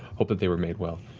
but they were made well.